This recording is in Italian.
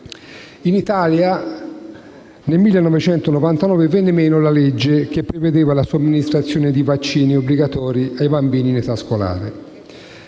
In Italia nel 1999 venne meno la legge che prevedeva la somministrazione di vaccini obbligatori ai bambini in età scolare.